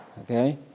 Okay